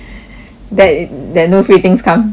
that that no free things come !huh!